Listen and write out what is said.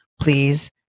Please